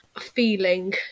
feeling